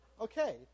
Okay